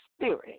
spirit